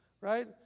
Right